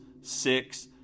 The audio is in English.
six